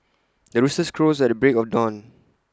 the rooster crows at the break of dawn